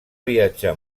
viatjar